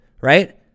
Right